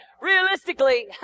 realistically